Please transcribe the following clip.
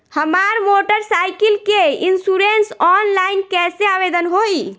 हमार motor cycle के insurance online कईसे आवेदन होई?